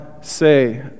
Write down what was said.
say